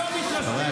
לא מתרשמים יותר.